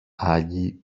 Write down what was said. άλλοι